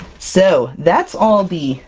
so that's all the